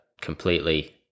completely